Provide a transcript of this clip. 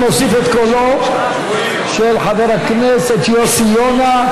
אני מוסיף את קולו של חבר הכנסת יוסי יונה,